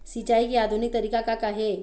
सिचाई के आधुनिक तरीका का का हे?